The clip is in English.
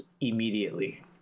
immediately